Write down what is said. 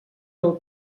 del